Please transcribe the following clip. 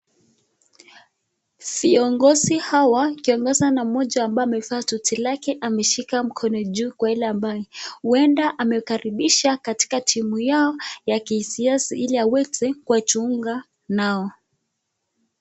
Viongozi hawa, wakiongozwa na mmoja amevaa suti lake, ameshika mkono juu kwa yule ambaye, huenda anamkaribisha kwa timu yao ya KCS ili aweze kujiunga nao.